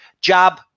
Jab